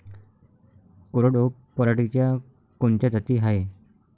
कोरडवाहू पराटीच्या कोनच्या जाती हाये?